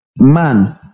Man